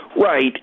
Right